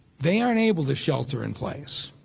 they aren't able to shelter in place.